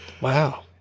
Wow